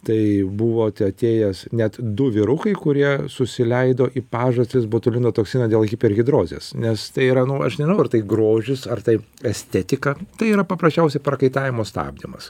tai buvot atėjęs net du vyrukai kurie susileido į pažastis botulino toksiną dėl hiperhidrozės nes tai yra nu aš nežinau ar tai grožis ar tai estetika tai yra paprasčiausiai prakaitavimo stabdymas